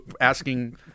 asking